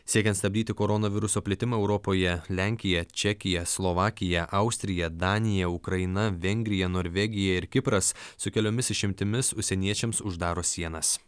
siekiant stabdyti koronaviruso plitimą europoje lenkija čekija slovakija austrija danija ukraina vengrija norvegija ir kipras su keliomis išimtimis užsieniečiams uždaro sienas